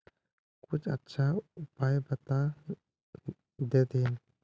कुछ अच्छा उपाय बता देतहिन?